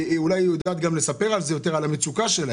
ואולי היא יודעת גם לספר יותר על המצוקה שלהם.